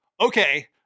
okay